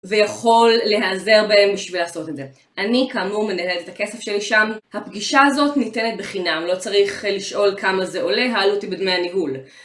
ויכול להיעזר בהם בשביל לעשות את זה. אני, כאמור, מנהלת את הכסף שלי שם. הפגישה הזאת ניתנת בחינם, לא צריך לשאול כמה זה עולה. העלות היא בדמי הניהול.